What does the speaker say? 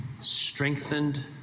strengthened